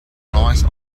nice